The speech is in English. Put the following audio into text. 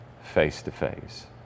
face-to-face